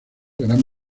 gran